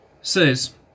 says